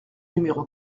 numéro